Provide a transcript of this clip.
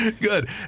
Good